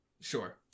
Sure